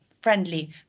friendly